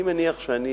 אני מניח שאני